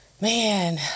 man